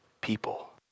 people